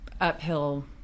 uphill